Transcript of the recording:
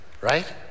right